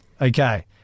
Okay